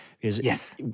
Yes